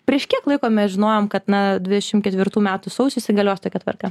prieš kiek laiko mes žinojom kad ne dvidešimt ketvirtų metų sausį įsigalios tokia tvarka